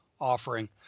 offering